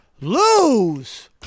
lose